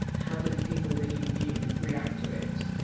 how did people that you knew react to it?